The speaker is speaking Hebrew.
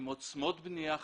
עם עוצמות בנייה חדשות.